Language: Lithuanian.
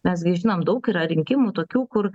mes gi žinom daug yra rinkimų tokių kur